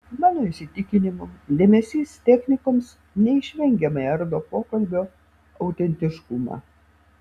mano įsitikinimu dėmesys technikoms neišvengiamai ardo pokalbio autentiškumą